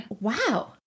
Wow